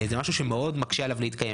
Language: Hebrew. זה משהו שמאוד מקשה עליו להתקיים.